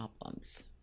problems